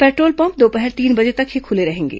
petrol pump दोपहर तीन बजे तक ही खुले रहेंगे